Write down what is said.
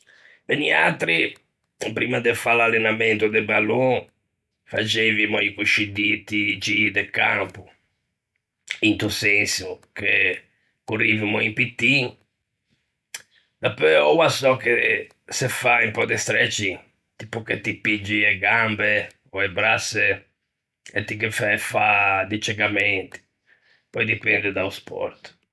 Beh, niatri primma de fâ l'allenamento de ballon faxeivimo i coscì diti gii de campo, into senso che corrivimo un pittin, dapeu oua sò che se fa un pö de streching, tipo che ti piggi e gambe ò e brasse e ti ghe fæ fâ di cegamenti; pöi, dipende da-o spòrt.